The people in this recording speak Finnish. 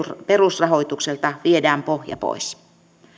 perusrahoitukselta viedään pohja pois